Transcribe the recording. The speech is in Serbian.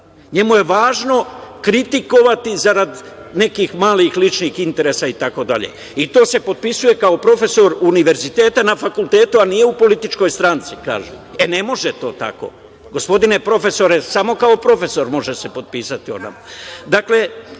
radi. Njemu je važno kritikovati zarad nekih malih ličnih interesa itd. I, to se potpisuje kao profesor univerziteta na fakultetu, a nije u političkoj stranci kažu. E, ne može to tako gospodine profesore, samo kao profesor može se potpisati. Dakle,